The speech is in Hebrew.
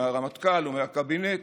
מהרמטכ"ל ומהקבינט,